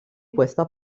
questa